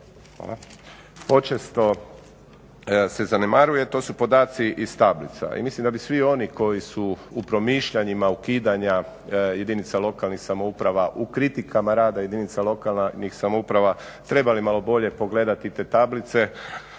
možda počesto se zanemaruje to su podaci iz tablica i mislim da bi svi oni koji su u promišljanjima ukidanja jedinica lokalnih samouprava u kritikama rada lokalnih samouprava trebali malo bolje pogledati te tablice